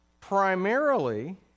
primarily